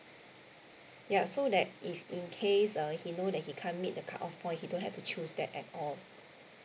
yup so that if in case uh he know that he can't meet the cut off point he don't have to choose that at all